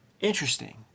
Interesting